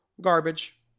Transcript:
garbage